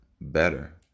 better